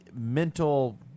mental